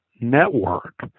network